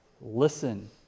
listen